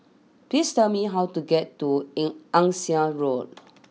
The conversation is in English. please tell me how to get to in Ann Siang Road